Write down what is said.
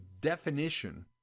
definition